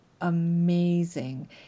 amazing